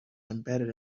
embedded